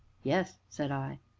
yes, said i,